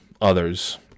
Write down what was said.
others